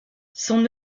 son